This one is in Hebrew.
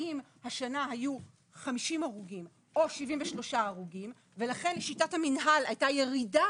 האם השנה היו 50 הרוגים או 73 הרוגים ולכן לשיטת המינהל הייתה ירידה